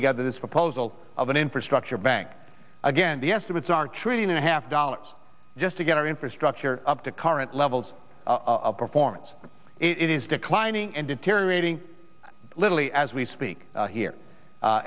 together this proposal of an infrastructure bank again the estimates are treating a half dollars just to get our infrastructure up to current levels of performance it is declining and deteriorating literally as we speak here